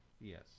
Yes